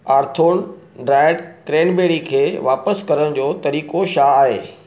आर्थोन dried cranberry खे वापसि करण जो तरीक़ो छा आहे